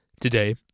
Today